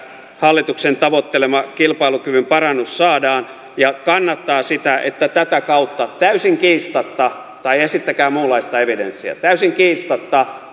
hallituksen tavoittelema kilpailukyvyn parannus saadaan ja kannattaa sitä että tätä kautta täysin kiistatta tai esittäkää muunlaista evidenssiä täysin kiistatta